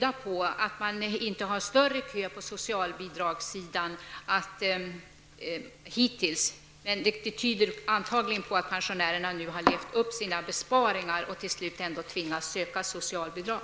Att man inte har större kö på socialbidragssidan hittills tyder antagligen på att pensionärerna nu har levt upp sina besparingar och till slut ändå tvingas söka socialbidrag.